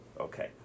Okay